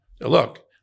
Look